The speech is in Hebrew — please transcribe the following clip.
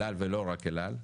אל על ולא רק אל על,